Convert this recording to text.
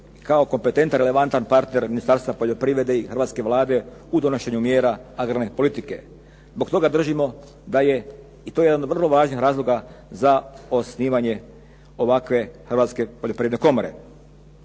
kao kompetentan, relevantan partner Ministarstva poljoprivrede i hrvatske Vlade u donošenju mjera agrarne politike. Zbog toga držimo da je i to jedan od vrlo važnih razloga za osnivanje ovakve Hrvatske poljoprivredne komore.